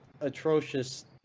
atrocious